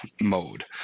mode